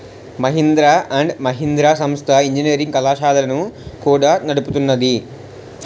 Mahindra and Mahindra సంస్థ engineering కళాశాలలను కూడా నడుపుతున్నాది